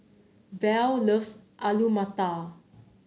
Val loves Alu Matar